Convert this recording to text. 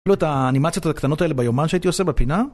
אפילו את האנימציות הקטנות האלה ביומן שהייתי עושה בפינה